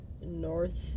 north